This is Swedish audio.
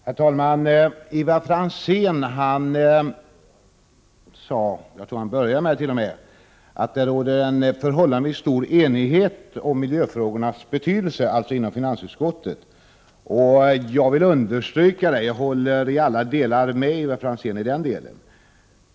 Herr talman! Ivar Franzén sade att det inom finansutskottet råder en förhållandevis stor enighet om miljöfrågornas betydelse. Jag vill understryka detta, och jag håller helt med Ivar Franzén i denna del.